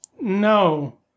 no